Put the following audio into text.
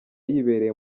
yibereye